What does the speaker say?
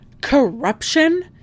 Corruption